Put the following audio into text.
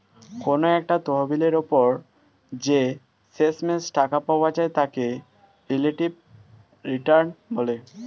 কোনো একটা তহবিলের উপর যে শেষমেষ টাকা পাওয়া যায় তাকে রিলেটিভ রিটার্ন বলে